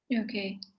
Okay